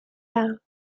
out